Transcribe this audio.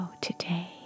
today